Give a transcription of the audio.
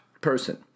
person